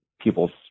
people's